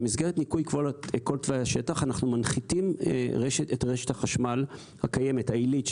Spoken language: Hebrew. במסגרת ניקוי כל תוואי השטח אנחנו מנחיתים את רשת החשמל הקיימת העילית,